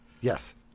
Yes